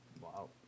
Wow